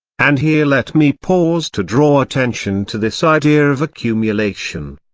and here let me pause to draw attention to this idea of accumulation.